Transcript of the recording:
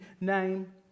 name